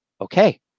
okay